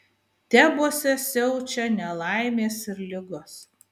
tebuose siaučia nelaimės ir ligos